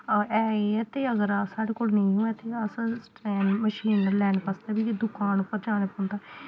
है ऐ ते अगर साढ़े कोल नेईं होऐ ते अस स्ट्रैन मशीन लैने बास्तै बी दकान उप्पर जाना पौंदा